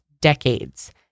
decades